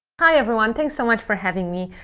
hi, everyone. thanks so much for having me.